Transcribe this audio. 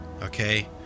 Okay